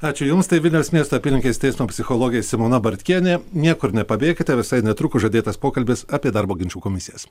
ačiū jums tai vilniaus miesto apylinkės teismo psichologė simona bartkienė niekur nepabėkite visai netrukus žadėtas pokalbis apie darbo ginčų komisijas